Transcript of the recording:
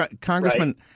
Congressman